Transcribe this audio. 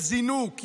יש זינוק,